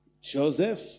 Joseph